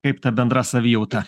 kaip ta bendra savijauta